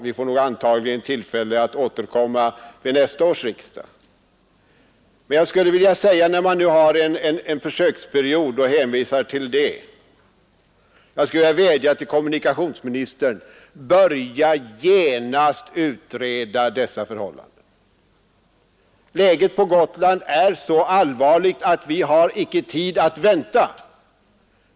Vi får antagligen tillfälle att återkomma till den saken vid nästa års riksdag. Men när man nu hänvisar till att vi har en försöksperiod, så vill jag vädja till kommunikationsministern: Börja genast utreda dessa förhållanden! Läget på Gotland är så allvarligt att vi icke har tid att vänta.